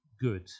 good